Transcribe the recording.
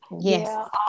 yes